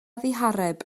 ddihareb